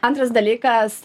antras dalykas